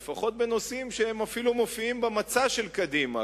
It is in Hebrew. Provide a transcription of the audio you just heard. לפחות בנושאים שאפילו מופיעים במצע של קדימה,